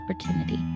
opportunity